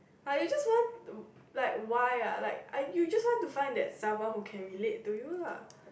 are you just want to like why ah like I you just want to find that someone who can relate to you lah